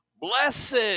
Blessed